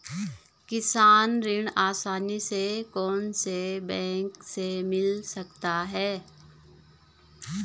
किसान ऋण आसानी से कौनसे बैंक से मिल सकता है?